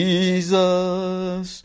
Jesus